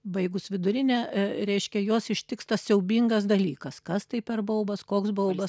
baigus vidurinę reiškia juos ištiks tas siaubingas dalykas kas tai per baubas koks baubas